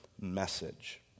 message